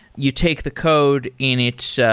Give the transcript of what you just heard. you take the code in its